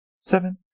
seven